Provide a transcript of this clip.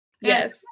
Yes